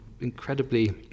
incredibly